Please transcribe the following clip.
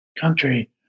country